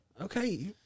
Okay